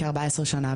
14 שנים,